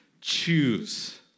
choose